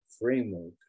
framework